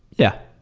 yeah,